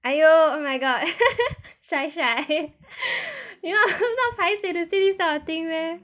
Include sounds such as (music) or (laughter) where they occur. !aiyo! oh my god (laughs) shy shy (laughs) you not paiseh to say these kind of thing meh